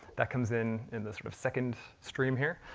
that comes in in this sort of second stream here.